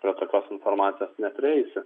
prie tokios informacijos neprieisi